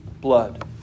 blood